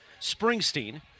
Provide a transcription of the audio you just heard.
Springsteen